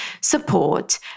support